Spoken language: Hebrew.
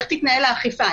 איך תתנהל האכיפה?